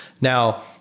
Now